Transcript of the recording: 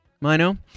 Mino